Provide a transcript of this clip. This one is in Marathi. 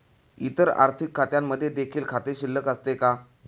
इतर आर्थिक खात्यांमध्ये देखील खाते शिल्लक असते का?